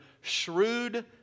shrewd